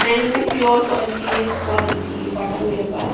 نہیں نہیں pure quality ہے بہت اچھی ہے کاٹن میرے پاس